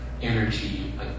Energy